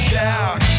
Shout